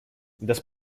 das